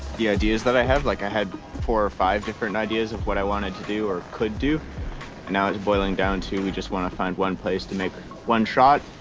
the ideas that i have, like i had four or five different ideas of what i wanted to do or could do and now it's boiling down to we just wanna find one place to make one shot.